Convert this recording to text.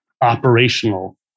operational